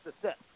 success